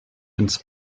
ins